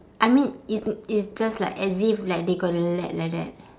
I mean it's it's just like as if like they gonna let like that